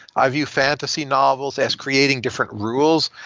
i view fantasy novels as creating different rules,